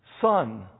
Son